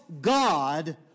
God